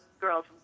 girls